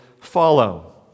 follow